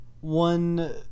one